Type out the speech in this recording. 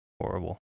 horrible